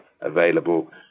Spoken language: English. available